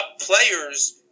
players –